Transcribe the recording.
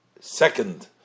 second